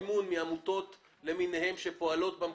יש כאן כמה עניינים ואני רוצה לגעת בהם וגם לשאול שאלות.